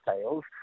sales